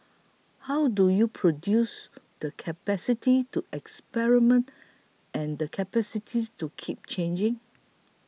how do you produce the capacity to experiment and the capacity to keep changing